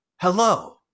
Hello